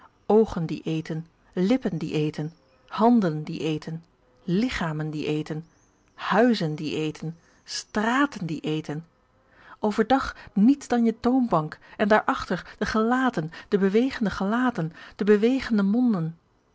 oogen die eten lippen die eten handen die eten lichamen die eten huizen die eten straten die eten overdag niets dan je toonbank en daarachter de gelaten de bewegende gelaten de bewegende monden